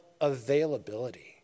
availability